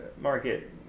market